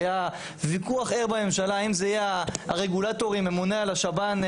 היה ויכוח ער בממשלה האם זה יהיה הרגולטור הממונה על השב"ן,